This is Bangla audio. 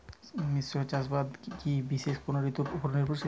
মিশ্র চাষাবাদ কি বিশেষ কোনো ঋতুর ওপর নির্ভরশীল?